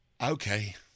Okay